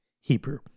Hebrew